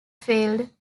failed